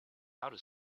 how